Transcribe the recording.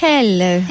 Hello